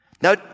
Now